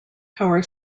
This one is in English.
power